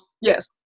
Yes